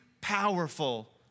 powerful